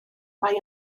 mae